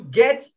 get